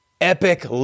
epic